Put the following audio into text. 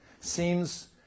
seems